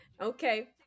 Okay